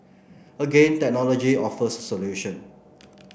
again technology offers a solution